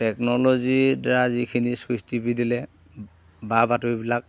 টেকন'ল'জিৰ দ্বাৰা যিখিনি ছুইচ টিপি দিলে বা বাতৰিবিলাক